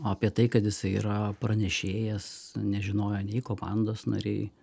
apie tai kad jisai yra pranešėjas nežinojo nei komandos nariai